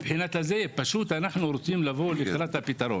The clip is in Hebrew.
פשוט אנו רוצים לבוא לקראת הפתרון.